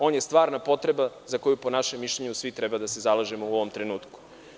On je stvarna potreba za koju, po našem mišljenju svi treba da se zalažemo u ovom trenutku.